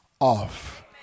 off